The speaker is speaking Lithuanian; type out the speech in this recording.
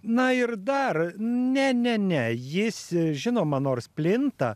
na ir dar ne ne ne jis žinoma nors plinta